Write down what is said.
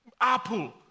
Apple